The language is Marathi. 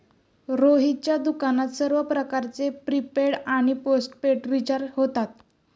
रोहितच्या दुकानात सर्व प्रकारचे प्रीपेड आणि पोस्टपेड रिचार्ज होतात